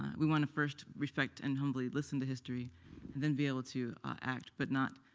we want to first respect and humbly listen to history and then be able to act but not